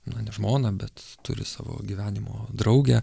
na ne žmoną bet turi savo gyvenimo draugę